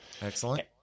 Excellent